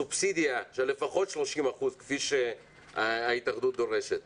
סובסידיה של לפחות 30% כפי שההתאחדות דורשת